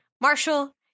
marshall